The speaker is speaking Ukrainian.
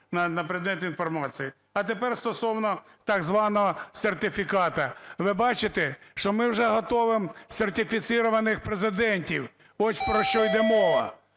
А тепер стосовно так званого "сертифікату". Ви бачите, що ми вже готовимо "сертифіцированих президентів" – ось про що йде мова.